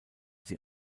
sie